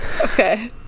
Okay